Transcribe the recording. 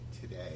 today